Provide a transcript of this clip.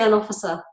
officer